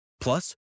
Plus